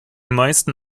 meisten